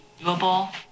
doable